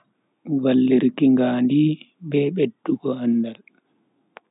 Vallirki ngandi be beddugo andal.